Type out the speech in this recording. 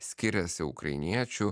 skiriasi ukrainiečių